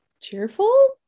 cheerful